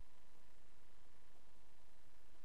עברה